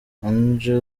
angel